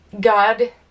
God